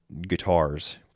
guitars